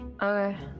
Okay